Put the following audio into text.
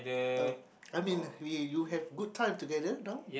oh I mean we you have good time together now